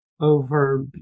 over